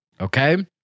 Okay